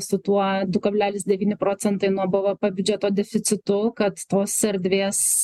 su tuo du kablelis devyni procentai nuo bvp biudžeto deficitu kad tos erdvės